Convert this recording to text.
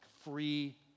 free